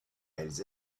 elles